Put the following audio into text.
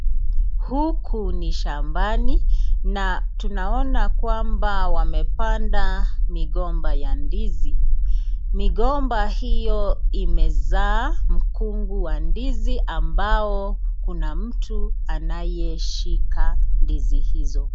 Huku ni shambani na tunaona kwamba wamepanda migomba ya ndizi. Migomba hiyo imezaa mkungu wa ndizi ambao kuna mtu anayeshika ndizi hizo.